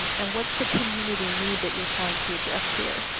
and what is the community need that you are trying to address here?